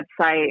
website